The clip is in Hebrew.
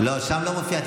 שם לא מופיע.